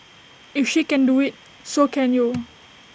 if she can do IT so can you